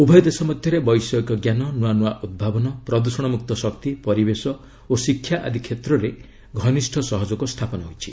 ଉଭୟ ଦେଶ ମଧ୍ୟରେ ବୈଷୟିକଞ୍ଜାନ ନୂଆନୂଆ ଉଭାବନ ପ୍ରଦୂଷଣମୁକ୍ତ ଶକ୍ତି ପରିବେଶ ଓ ଶିକ୍ଷା ଆଦି କ୍ଷେତ୍ରରେ ଘନିଷ୍ଠ ସହଯୋଗ ସ୍ଥାପନ ହୋଇଛି